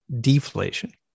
deflation